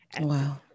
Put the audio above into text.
Wow